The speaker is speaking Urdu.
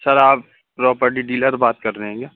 سر آپ پراپرٹی ڈیلر بات کر رہے ہیں کیا